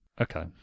Okay